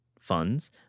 funds